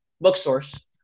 bookstores